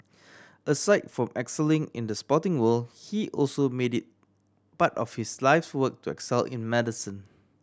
aside from excelling in the sporting world he also made it part of his life's work to excel in medicine